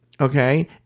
okay